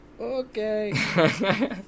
Okay